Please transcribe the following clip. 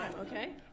Okay